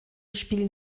spielen